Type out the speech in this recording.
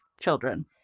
children